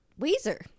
Weezer